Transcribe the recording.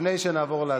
לפני שנעבור להצבעה.